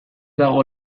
dago